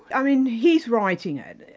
i mean he's writing it.